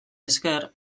esker